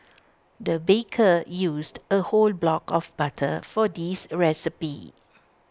the baker used A whole block of butter for this recipe